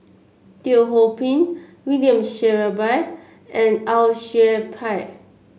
Teo Ho Pin William Shellabear and Au Yue Pak